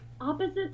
opposites